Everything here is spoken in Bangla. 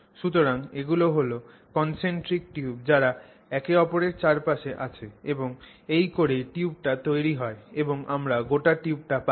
সুতরাং এগুলো হল কন্সেন্ট্রিক টিউব যারা একে অপরের চারপাশে আছে এবং এই করেই টিউবটা তৈরি হয় এবং আমরা গোটা টিউবটা পাই